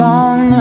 Long